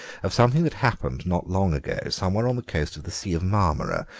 of something that happened not long ago somewhere on the coast of the sea of marmora,